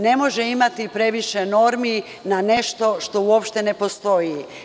Ne može imati previše normi na nešto što uopšte ne postoji.